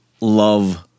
Love